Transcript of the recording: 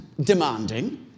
demanding